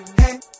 hey